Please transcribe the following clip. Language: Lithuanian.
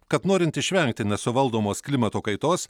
kad norint išvengti nesuvaldomos klimato kaitos